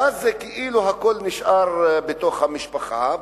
ואז כאילו הכול נשאר בתוך המשפחה,